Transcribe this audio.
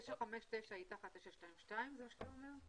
אז 959 היא תחת 922, זה מה שאתה אומר?